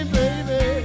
baby